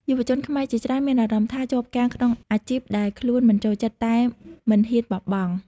យុវជនខ្មែរជាច្រើនមានអារម្មណ៍ថាជាប់គាំងក្នុងអាជីពដែលខ្លួនមិនចូលចិត្ត តែមិនហ៊ានបោះបង់។